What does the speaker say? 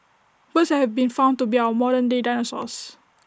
birds have been found to be our modern day dinosaurs